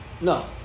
No